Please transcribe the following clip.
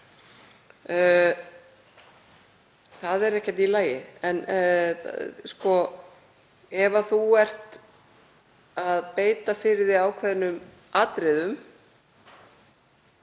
Það er ekkert í lagi. En ef fólk er að beita fyrir sig ákveðnum atriðum,